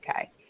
okay